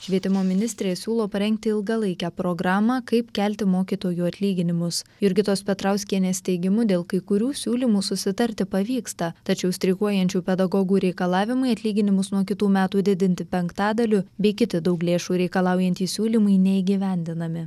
švietimo ministrė siūlo parengti ilgalaikę programą kaip kelti mokytojų atlyginimus jurgitos petrauskienės teigimu dėl kai kurių siūlymų susitarti pavyksta tačiau streikuojančių pedagogų reikalavimai atlyginimus nuo kitų metų didinti penktadaliu bei kiti daug lėšų reikalaujantys siūlymai neįgyvendinami